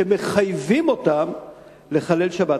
שמחייבים אותם לחלל שבת.